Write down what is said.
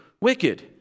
wicked